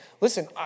Listen